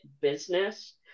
business